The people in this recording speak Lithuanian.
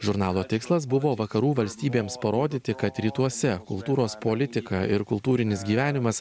žurnalo tikslas buvo vakarų valstybėms parodyti kad rytuose kultūros politika ir kultūrinis gyvenimas